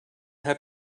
have